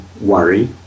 worry